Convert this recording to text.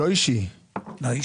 שלא תחשבו שיש